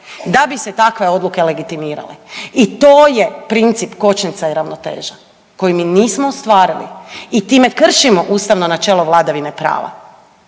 da bi se takve odluke legitimirale. I to je princip kočnica i ravnoteža koji mi nismo ostvarili i time kršimo ustavno načelo vladavine prava